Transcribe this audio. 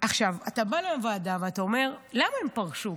אתה בא לוועדה ואתה אומר: למה הם פרשו?